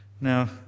Now